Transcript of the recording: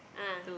ah